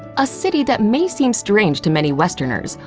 a city that may seem strange to many westerners,